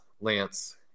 lance